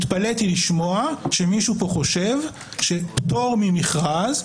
התפלאתי לשמוע שמישהו פה חושב שפטור ממכרז,